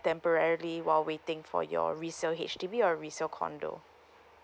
temporarily while waiting for your resale H_D_B or your resale condo